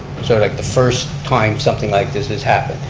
so like the first time something like this this happened.